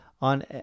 on